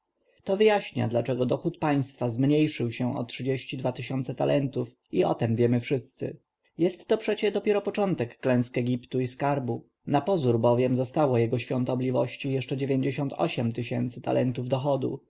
to wyjaśnia dlaczego dochód państwa zmniejszył się o trzydzieści dwa tysiące talentów i o tem wiemy wszyscy jest to przecie dopiero początek klęsk egiptu i skarbu napozór bowiem zostało jego świątobliwości jeszcze dziewięćdziesiąt osiem tysięcy talentów dochodu